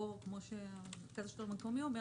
לא כמו שמרכז השלטון המקומי אומר,